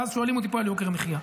ואז שואלים אותי פה על יוקר המחיה.